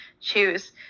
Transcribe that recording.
choose